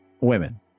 women